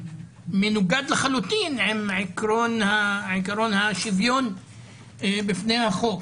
מנוגד לחלוטין לעיקרון השוויון בפני החוק.